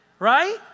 Right